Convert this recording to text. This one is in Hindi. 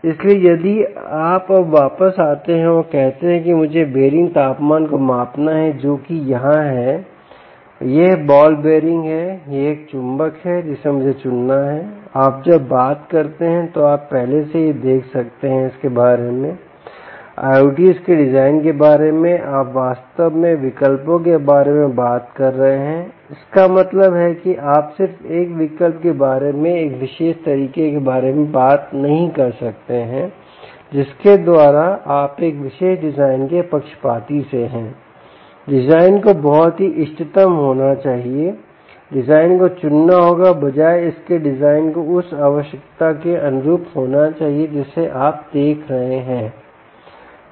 इसलिए यदि आप अब वापस आते हैं और कहते हैं कि मुझे बेयरिंग तापमान को मापना है जो कि यहां है यह बॉल बेयरिंग है यह एक चुंबक है जिसे मुझे चुनना है आप जब बात करते हैं तो आप पहले से ही देख सकते हैं इसके बारे में IOTs के डिजाइन के बारे में आप वास्तव में विकल्पों के बारे में बात कर रहे हैं इसका मतलब है कि आप सिर्फ एक विकल्प के बारे में एक विशेष तरीके के बारे में बात नहीं कर सकते हैं जिसके द्वारा आप एक विशेष डिजाइन के पक्षपाती से हैं डिजाइन को बहुत ही इष्टतम होना चाहिए डिजाइन को चुनना होगा बजाय इसके डिज़ाइन को उस आवश्यकता के अनुरूप होना चाहिए जिसे आप देख रहे हैं